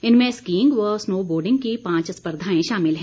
इनमें स्कींग व snowboarding की पांच स्पर्धाएं शामिल हैं